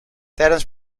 tijdens